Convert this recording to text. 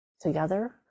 together